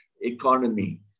economy